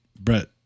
Brett